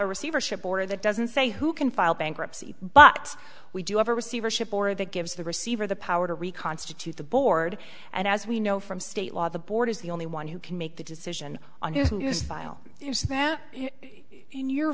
a receivership order that doesn't say who can file bankruptcy but we do have a receivership or that gives the receiver the power to reconstitute the board and as we know from state law the board is the only one who can make the decision on